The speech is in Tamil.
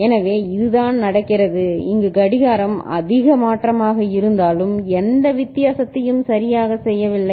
எனவே இதுதான் நடக்கிறது இங்கு கடிகாரம் அதிக மாற்றமாக இருந்தாலும் எந்த வித்தியாசத்தையும் சரியாகச் செய்யவில்லை